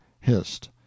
hissed